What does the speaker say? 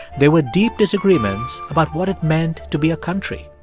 there were deep disagreements about what it meant to be a country.